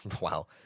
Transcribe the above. wow